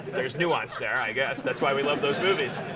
there's nuance there, i guess. that's why we love those movies.